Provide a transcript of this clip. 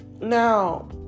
Now